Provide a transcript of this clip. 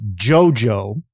Jojo